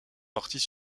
partis